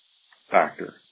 factor